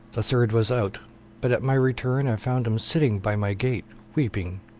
the third was out but at my return, i found him sitting by my gate, weeping.